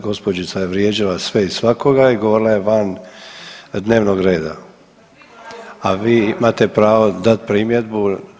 Gospođica je vrijeđala sve i svakoga i govorila je van dnevnog reda, a vi imate pravo dat primjedbu.